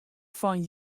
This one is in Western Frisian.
fan